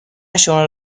شماره